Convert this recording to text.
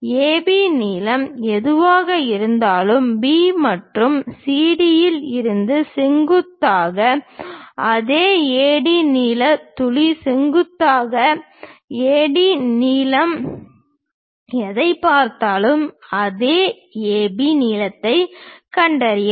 AB நீளம் எதுவாக இருந்தாலும் B மற்றும் CD யில் இருந்து செங்குத்தாக அதே AD நீள துளி செங்குத்தாக AD நீளம் எதைப் பார்த்தாலும் அதே AB நீளத்தைக் கண்டறியவும்